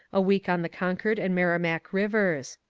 a week on the concord and merrimack rivers.